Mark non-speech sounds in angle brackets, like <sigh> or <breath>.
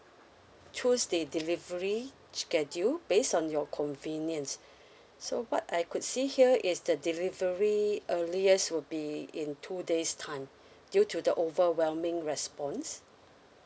choose the delivery schedule based on your convenience <breath> so what I could see here is the delivery earliest would be in two days time due to the overwhelming response